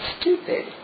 stupid